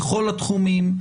בכל התחומים,